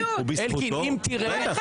נראה לך